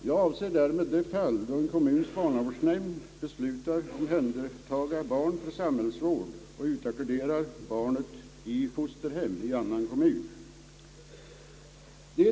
Jag avser därmed de fall då en kommuns barnavårdsnämnd beslutar omhändertaga barn för samhällsvård och utackorderar barnet i fosterhem i annan kommun.